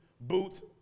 boots